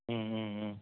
ம் ம் ம்